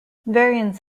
variants